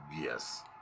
Yes